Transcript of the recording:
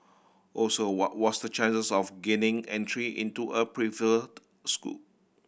also what was the chances of gaining entry into a preferred school